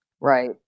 Right